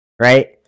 right